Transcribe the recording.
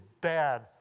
bad